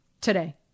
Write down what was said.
today